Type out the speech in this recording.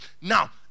Now